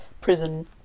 prison